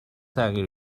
تغییر